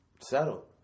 settle